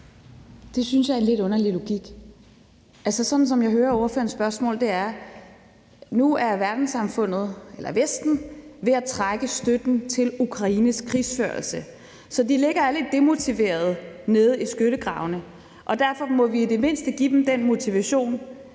Det synes jeg er en lidt underlig logik. Sådan som jeg hører ordførerens spørgsmål, er Vesten nu ved at trække støtten til Ukraines krigsførelse, så de ligger og er lidt demotiverede nede i skyttegravene, og derfor må vi i det mindste give dem den motivation,